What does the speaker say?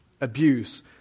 Abuse